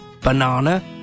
Banana